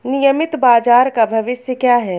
नियमित बाजार का भविष्य क्या है?